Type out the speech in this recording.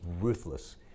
ruthless